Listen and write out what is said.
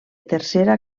tercera